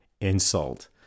insult